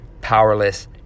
powerless